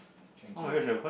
thank you